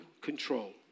control